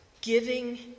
giving